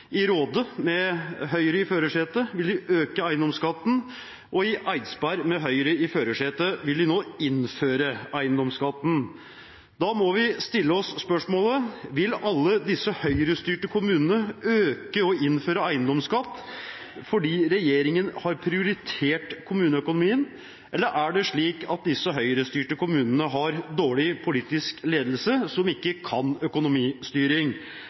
i Råde med Høyre i førersetet vil de øke eiendomsskatten, og i Eidsberg med Høyre i førersetet vil de nå innføre eiendomsskatt. Da må vi stille oss spørsmålet: Vil alle disse Høyre-styrte kommunene øke eller innføre eiendomsskatt fordi regjeringen har prioritert kommuneøkonomien, eller er det slik at disse Høyre-styrte kommunene har dårlig politisk ledelse som ikke kan økonomistyring?